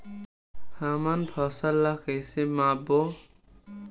हमन फसल ला कइसे माप बो?